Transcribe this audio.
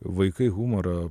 vaikai humorą